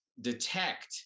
detect